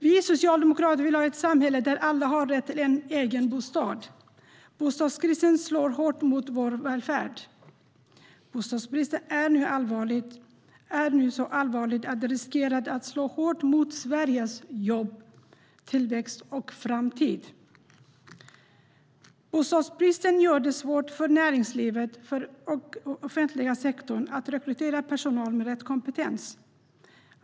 Vi socialdemokrater vill ha ett samhälle där alla har rätt till en egen bostad. Bostadskrisen slår hårt mot vår välfärd. Bostadsbristen är nu så allvarlig att den riskerar att slå hårt mot Sveriges jobb, tillväxt och framtid. Bostadsbristen gör det svårt för näringslivet och den offentliga sektorn att rekrytera personal med rätt kompetens.